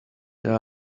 there